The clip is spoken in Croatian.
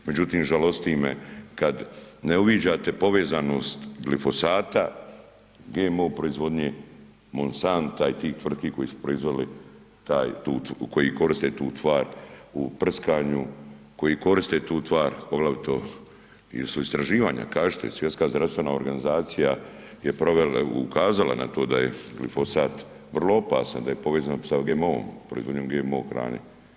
Međutim, žalosti me kad ne uviđate povezanost glifosata, GMO proizvodnje, Monsanta i tih tvrtki koji su proizveli taj, tu, koji koriste tu tvar u prskanju, koji koriste tu tvar poglavito jer su istraživanja, kažite i Svjetska zdravstvena organizacija je provela, ukazala na to da je glifosat vrlo opasan, da je povezan sa GMO-om, proizvodnjom GMO hrane.